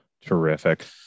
Terrific